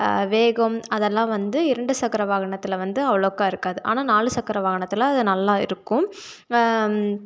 வேகம் அதெல்லாம் வந்து இரண்டு சக்கர வாகனத்தில் வந்து அவ்வளோக்கா இருக்காது ஆனால் நாலு சக்கர வாகனத்தில் அது நல்லா இருக்கும்